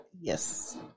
yes